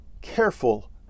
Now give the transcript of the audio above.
careful